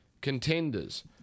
contenders